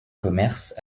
commerce